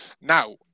Now